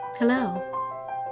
Hello